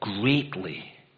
greatly